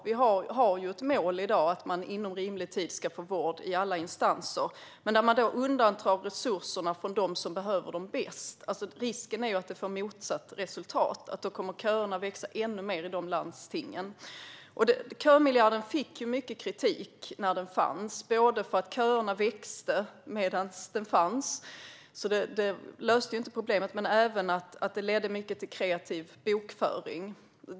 Vi har som mål i dag att man inom rimlig tid ska få vård i alla instanser. Men när då resurserna undantas från dem som behöver dem mest är risken att det får motsatt resultat, att köerna kommer att växa ännu mer i de landstingen. Kömiljarden fick mycket kritik, både för att köerna växte och för att den ledde till kreativ bokföring.